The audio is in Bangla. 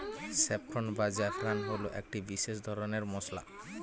স্যাফ্রন বা জাফরান হল একটি বিশেষ রকমের মশলা